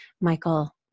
Michael